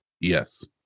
Yes